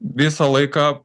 visą laiką